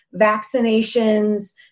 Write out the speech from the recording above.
vaccinations